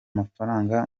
mafaranga